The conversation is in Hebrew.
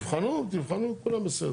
תבחנו, תבחנו, כולם בסדר.